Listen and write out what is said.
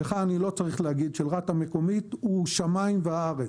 לך אני לא צריך להגיד לך שהפיקוח של רת"א הוא שמיים וארץ.